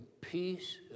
peace